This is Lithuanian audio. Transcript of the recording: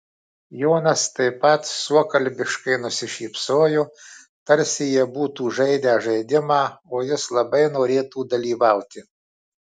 jonas taip pat suokalbiškai nusišypsojo tarsi jie būtų žaidę žaidimą o jis labai norėtų dalyvauti